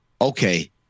okay